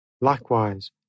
Likewise